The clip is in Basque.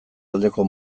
aldeko